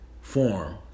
form